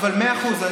אבל מאה אחוז,